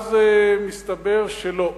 ואז מסתבר שלא,